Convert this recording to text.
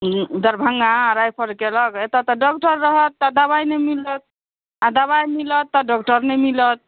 Darbhanga refer केलक एतय तऽ डॉक्टर रहत तऽ दबाइ नहि मिलत आ दबाइ मिलत तऽ डॉक्टर नहि मिलत